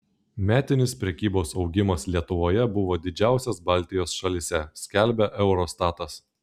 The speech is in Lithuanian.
metinis prekybos augimas lietuvoje buvo didžiausias baltijos šalyse skelbia eurostatas